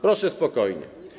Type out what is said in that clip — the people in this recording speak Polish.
Proszę spokojnie.